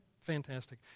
fantastic